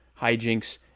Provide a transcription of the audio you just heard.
hijinks